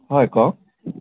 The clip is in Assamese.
হয় কওক